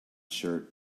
shirt